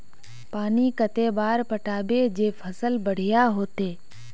पानी कते बार पटाबे जे फसल बढ़िया होते?